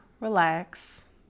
relax